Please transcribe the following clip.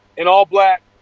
in all black.